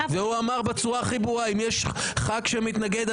והוא אמר בצורה הכי ברורה: אם יש חבר כנסת שמתנגד,